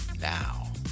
Now